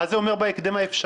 מה זה אומר בהקדם האפשרי?